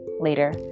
Later